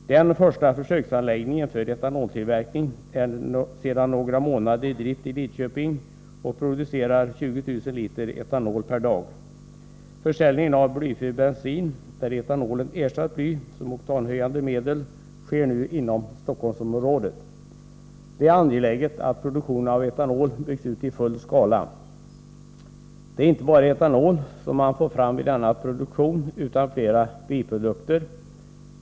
Den första försöksanläggningen för etanoltillverkning är sedan några månader tillbaka i drift i Lidköping och producerar 20 000 liter etanol per dag. Försäljningen av blyfri bensin, där etanol ersatt bly som oktanhöjande medel, sker nu inom Stockholmsområdet. Det är angeläget att produktionen av etanol byggs ut i full skala. Det är inte bara etanol som man får fram vid denna produktion, utan flera biprodukter.